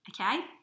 okay